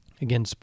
Again